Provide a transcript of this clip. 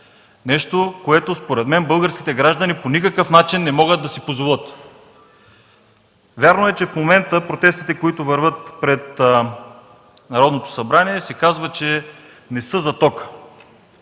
нещо, което според мен българските граждани по никакъв начин не могат да си позволят. Вярно е, че в момента протестите, които вървят пред Народното събрание, се казва, че не са за тока.